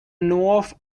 north